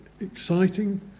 exciting